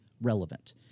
relevant